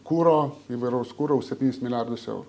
kuro įvairaus kuro už septynis milijardus eurų